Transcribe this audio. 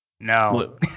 No